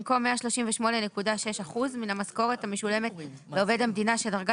במקום "138.6% מן המשכורת המשולמת לעובד המדינה שדרגת